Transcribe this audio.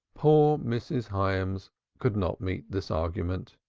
poor mrs. hyams could not meet this argument.